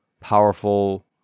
powerful